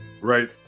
Right